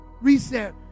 Reset